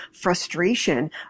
frustration